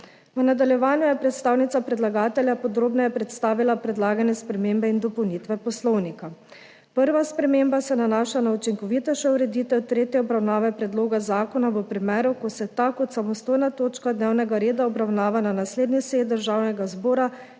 V nadaljevanju je predstavnica predlagatelja podrobneje predstavila predlagane spremembe in dopolnitve Poslovnika. Prva sprememba se nanaša na učinkovitejšo ureditev tretje obravnave predloga zakona v primeru, ko se ta kot samostojna točka dnevnega reda obravnava na naslednji seji Državnega zbora